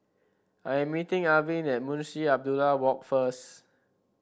I am meeting Arvid at Munshi Abdullah Walk first